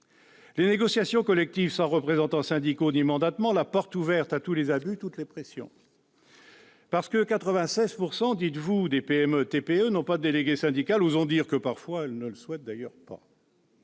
Les négociations collectives sans représentants syndicaux ni mandatement est la porte ouverte à tous les abus, toutes les pressions. C'est parce que, dites-vous, 96 % des PME-TPE n'ont pas de délégué syndical. Osons dire que, parfois, elles ne le souhaitent d'ailleurs pas.